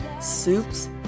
soups